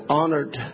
honored